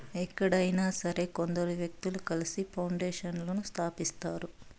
ఎక్కడైనా సరే కొందరు వ్యక్తులు కలిసి పౌండేషన్లను స్థాపిస్తారు